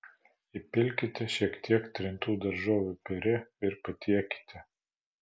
įpilkite šiek tiek trintų daržovių piurė ir patiekite